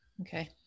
Okay